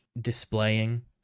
displaying